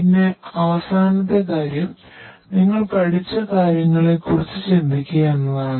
പിന്നെ അവസാനത്തെ കാര്യം നിങ്ങൾ പഠിച്ച കാര്യങ്ങളെക്കുറിച്ച് ചിന്തിക്കുക എന്നതാണ്